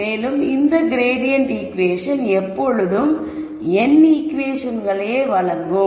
மேலும் இந்த gradient equation எப்போதும் n ஈகுவேஷன்களை வழங்கும்